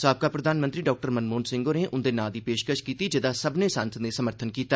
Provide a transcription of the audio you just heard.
साबका प्रधानमंत्री डाक्टर मनमोहन सिंह होरें उन्दे नां दी पेशकश कीती जेदा सब्बने सांसदें समर्थन कीता